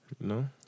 No